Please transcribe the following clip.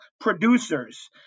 producers